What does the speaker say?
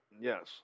yes